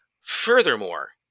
Furthermore